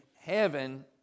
Heaven